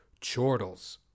chortles